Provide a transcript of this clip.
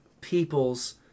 people's